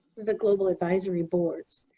the global advisory boards.